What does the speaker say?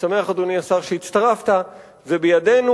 אדוני השר, אני שמח שהצטרפת, זה בידינו.